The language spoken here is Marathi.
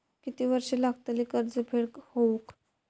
किती वर्षे लागतली कर्ज फेड होऊक?